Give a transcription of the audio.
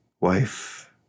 wife